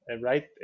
right